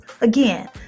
Again